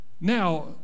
Now